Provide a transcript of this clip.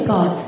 God